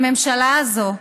הממשלה הזאת,